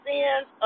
Sins